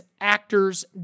actor's